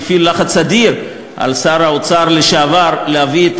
שהפעיל לחץ אדיר על שר האוצר לשעבר להביא את